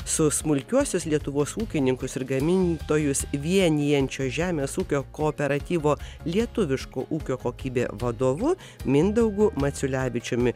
su smulkiuosius lietuvos ūkininkus ir gamintojus vienijančio žemės ūkio kooperatyvo lietuviško ūkio kokybė vadovu mindaugu maciulevičiumi